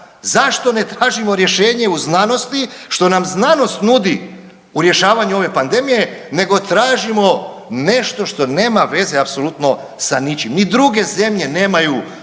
Zašto ne tražimo rješenje u znanosti što nam znanost nudi u rješavanju ove pandemije nego tražimo nešto što nema veze apsolutno sa ničim. Ni druge zemlje nemaju